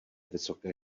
vysoké